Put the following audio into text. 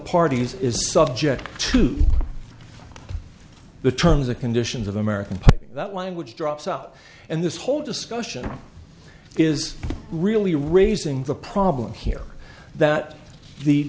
parties is subject to the terms and conditions of american that language drops out and this whole discussion is really raising the problem here that the